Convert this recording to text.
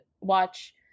watch